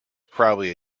probably